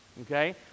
Okay